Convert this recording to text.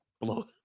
blow